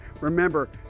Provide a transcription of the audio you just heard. Remember